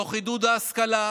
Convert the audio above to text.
תוך עידוד השכלה,